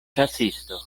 ĉasisto